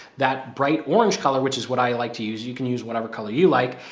that bright orange color, which is what i like to use. you can use whatever color you like.